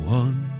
one